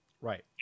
Right